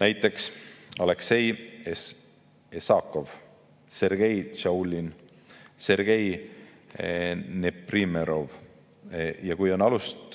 näiteks Aleksei Esakov, Sergei Tšaulin ja Sergei Neprimerov. Ja kui on alust